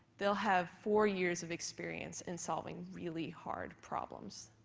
they'll have four years of experience in solving really hard problems.